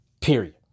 Period